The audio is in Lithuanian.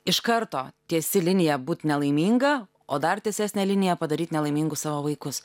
iš karto tiesi linija būt nelaiminga o dar tiesesnė linija padaryt nelaimingus savo vaikus